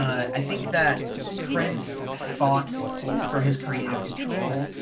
i think that prince fought for his creative control,